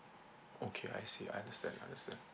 okay I see I understand understand